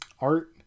art